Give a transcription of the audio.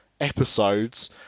episodes